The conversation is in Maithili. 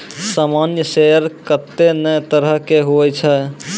सामान्य शेयर कत्ते ने तरह के हुवै छै